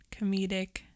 comedic